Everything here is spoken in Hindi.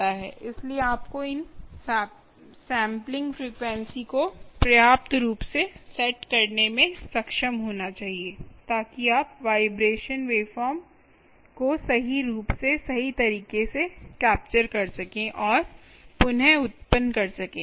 इसलिए आपको इन सैंपलिंग फ़्रीक्वेंसी को पर्याप्त रूप से सेट करने में सक्षम होना चाहिए ताकि आप वाइब्रेशन वावफॉर्म को सही रूप में सही तरीके से कैप्चर कर सकें और पुन उत्पन्न कर सकें